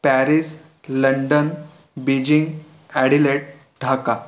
Paris London Beijing Adelaide Dhaka